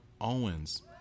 Owens